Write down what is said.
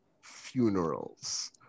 funerals